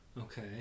Okay